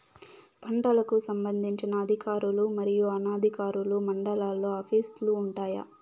పంటలకు సంబంధించిన అధికారులు మరియు అనధికారులు మండలాల్లో ఆఫీస్ లు వుంటాయి?